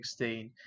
2016